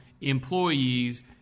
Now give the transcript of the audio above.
employees